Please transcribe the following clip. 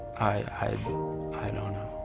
i i don't know.